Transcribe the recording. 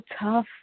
tough